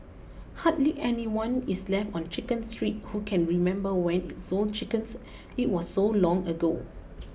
hardly anyone is left on Chicken Street who can remember when it sold chickens it was so long ago